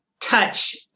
touch